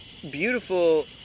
beautiful